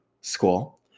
school